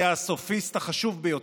היה הסופיסט החשוב ביותר.